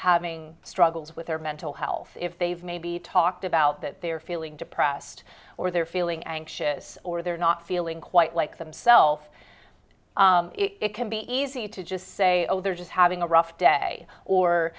having struggles with their mental health if they've maybe talked about that they're feeling depressed or they're feeling anxious or they're not feeling quite like themself it can be easy to just say oh they're just having a rough day or